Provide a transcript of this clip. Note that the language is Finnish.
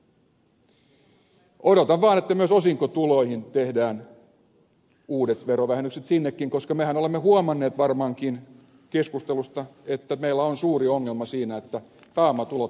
odotan vaan että myös osinkotuloihin tehdään uudet verovähennykset koska mehän olemme huomanneet varmaankin keskustelusta että meillä on suuri ongelma siinä että pääomatulot ovat alhaisesti verotettuja